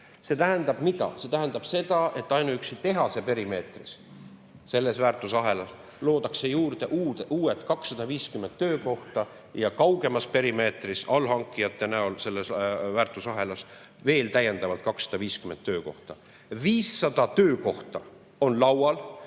See tähendab mida? See tähendab seda, et ainuüksi tehase perimeetris luuakse selles väärtusahelas juurde 250 uut töökohta ja kaugemas perimeetris allhankijate näol selles väärtusahelas veel täiendavalt 250 töökohta. 500 töökohta on laual,